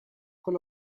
con